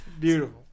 Beautiful